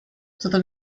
todo